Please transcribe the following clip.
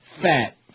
fat